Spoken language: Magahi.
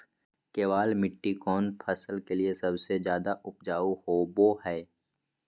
केबाल मिट्टी कौन फसल के लिए सबसे ज्यादा उपजाऊ होबो हय?